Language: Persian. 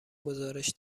گزارش